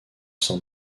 sein